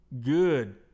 Good